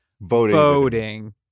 Voting